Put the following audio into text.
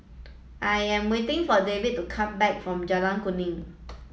I am waiting for David to come back from Jalan Kuning